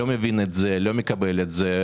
אני לא מבין את זה, לא מקבל את זה.